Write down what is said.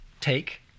take